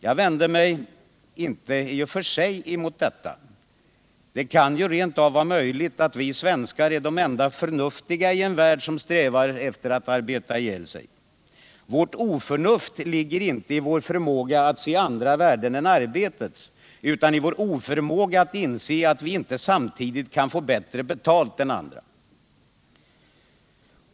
Jag vänder mig inte i och för sig mot detta — det är möjligt att vi svenskar är de enda förnuftiga i en värld som strävar efter att arbeta ihjäl sig. Vårt oförnuft ligger inte i vår förmåga att se andra värden än arbetet, utan i vår oförmåga att inse att vi inte samtidigt kan få bättre betalt än andra.